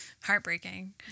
heartbreaking